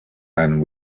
and